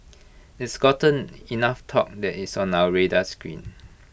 it's gotten enough talk that it's on our radar screen